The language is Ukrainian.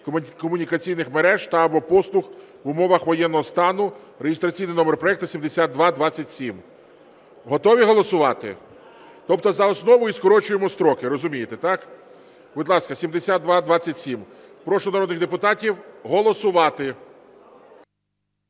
комунікаційних мереж та/або послуг в умовах воєнного стану (реєстраційний номер проекту 7227). Готові голосувати? Тобто за основу і скорочуємо строки. Розумієте, так? Будь ласка 7227. Прошу народних депутатів голосувати.